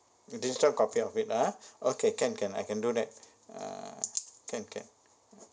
a digital copy of it ah okay can can I can do that uh can can